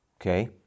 Okay